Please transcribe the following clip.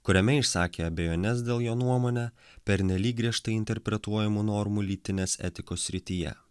kuriame išsakė abejones dėl jo nuomone pernelyg griežtai interpretuojamų normų lytinės etikos srityje